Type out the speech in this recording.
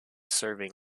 serving